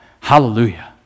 Hallelujah